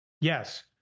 Yes